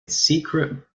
secret